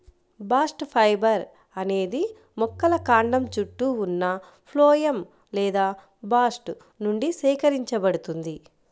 bast fibre అనేది మొక్కల కాండం చుట్టూ ఉన్న ఫ్లోయమ్ లేదా బాస్ట్ నుండి సేకరించబడుతుంది